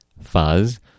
fuzz